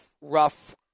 rough